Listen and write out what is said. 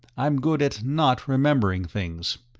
i'm good at not remembering things.